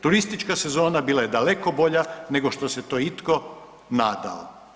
Turistička sezona bila je daleko bolja nego što se to itko nadao.